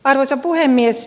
arvoisa puhemies